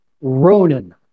Ronan